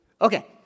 Okay